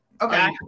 Okay